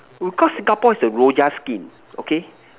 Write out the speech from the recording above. because Singapore is a Rojak skin okay